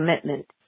commitment